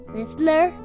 Listener